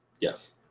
Yes